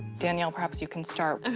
danielle, perhaps you can start.